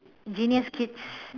genius kids